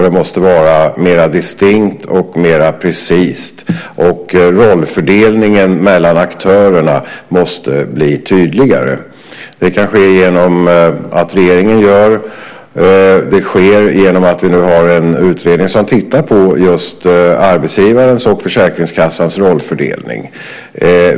Det måste vara mera distinkt och precist, och rollfördelningen mellan aktörerna måste bli tydligare. Det sker genom att vi nu har en utredning som tittar på just arbetsgivarens och Försäkringskassans rollfördelning.